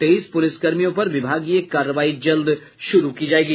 तेईस पुलिसकर्मियों पर विभागीय कार्रवाई जल्द शुरू की जायेगी